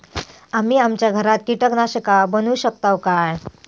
आम्ही आमच्या घरात कीटकनाशका बनवू शकताव काय?